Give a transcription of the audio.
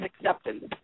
acceptance